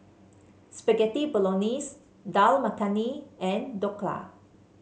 Spaghetti Bolognese Dal Makhani and Dhokla